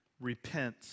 repent